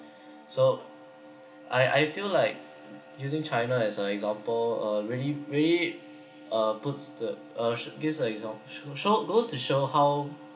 so I I feel like using china as a example uh really really uh puts the urge this examp~ show so goes to show how